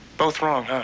both wrong,